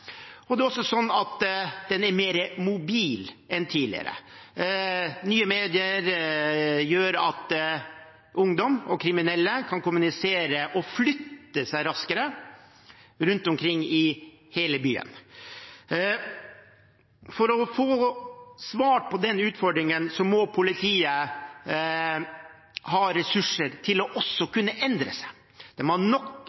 og det er også sånn at den er mer mobil enn tidligere. Nye medier gjør at ungdom og kriminelle kan kommunisere og flytte seg raskere rundt omkring i hele byen. For å få svart på den utfordringen må politiet ha ressurser også til å kunne endre seg. De må ha nok